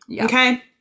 okay